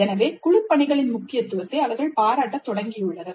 எனவே குழுப் பணிகளின் முக்கியத்துவத்தை அவர்கள் பாராட்டத் தொடங்கியுள்ளனர்